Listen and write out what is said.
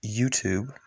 YouTube